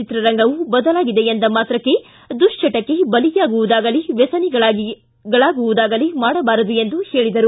ಚಿತ್ರರಂಗವೂ ಬದಲಾಗಿದೆ ಎಂದ ಮಾತ್ರಕ್ಕೆ ದುಶ್ವಟಕ್ಕೆ ಬಲಿಯಾಗುವುದಾಗಲೀ ವ್ಯಸನಿಗಳಾಗುವುದಾಗಲೀ ಮಾಡಬಾರದು ಎಂದು ಹೇಳಿದರು